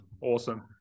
awesome